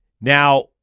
Now